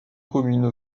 commune